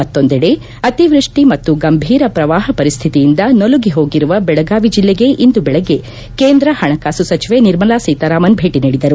ಮತ್ತೊಂದೆಡ ಅತಿವೃಷ್ಷಿ ಮತ್ತು ಗಂಭೀರ ಪ್ರವಾಪ ಪರಿಸ್ಥಿತಿಯಿಂದ ನಲುಗಿ ಹೋಗಿರುವ ಬೆಳಗಾವಿ ಜಿಲ್ಲೆಗೆ ಇಂದು ಬೆಳಗ್ಗೆ ಕೇಂದ್ರ ಹಣಕಾಸು ಸಚಿವೆ ನಿರ್ಮಲಾ ಸೀತಾರಾಮನ್ ಭೇಟಿ ನೀಡಿದರು